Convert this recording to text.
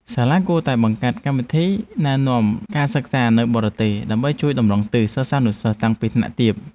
សាលារៀនគួរតែបង្កើតកម្មវិធីណែនាំការសិក្សានៅបរទេសដើម្បីជួយតម្រង់ទិសសិស្សានុសិស្សតាំងពីថ្នាក់ទាប។